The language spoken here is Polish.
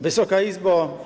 Wysoka Izbo!